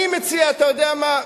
אני מציע, אתה יודע מה,